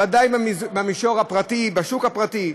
ודאי במישור הפרטי, בשוק הפרטי,